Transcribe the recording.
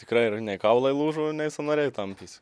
tikra ir nei kaulai lūžo nei sąnariai tampėsi